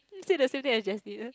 say the same thing as Jaslyn